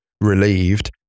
relieved